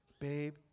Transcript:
Babe